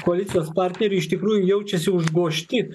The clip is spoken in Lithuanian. koalicijos partnerių iš tikrųjų jaučiasi užgožti